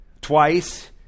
Twice